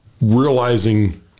realizing